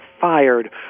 fired